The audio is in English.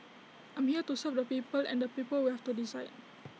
I'm here to serve the people and the people will have to decide